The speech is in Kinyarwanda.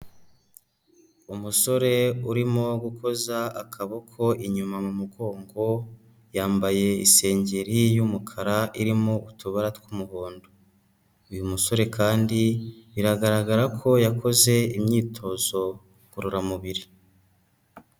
Umusore urimo gukoza akaboko inyuma mu mugongo, yambaye isengeri y'umukara irimo utubara tw'umuhondo, uyu musore kandi biragaragara ko yakoze imyitozo ngororamubiri.